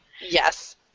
Yes